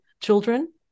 children